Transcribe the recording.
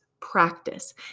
practice